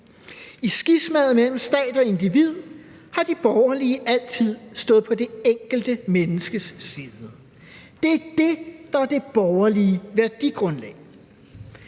I skismaet mellem stat og individ har de borgerlige altid stået på det enkelte menneskes side. Det er det, der er det borgerlige værdigrundlag.